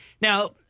Now